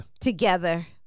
together